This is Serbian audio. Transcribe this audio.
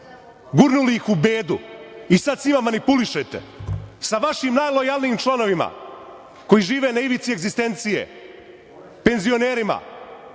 gurnuli ih u bedu i sada sa njima manipulišete, sa vašim najlojalnijim članovima koji žive na ivici egzistencije, penzionerima.